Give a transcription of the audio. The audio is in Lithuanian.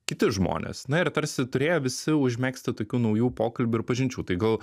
kiti žmonės na ir tarsi turėjo visi užmegzti tokių naujų pokalbių ir pažinčių tai gal